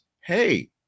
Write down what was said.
hey